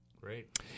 Great